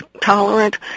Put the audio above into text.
tolerant